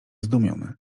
zdumiony